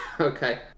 Okay